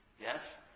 Yes